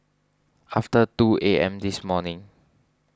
after two A M this morning